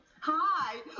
Hi